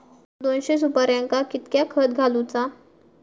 दोनशे सुपार्यांका कितक्या खत घालूचा?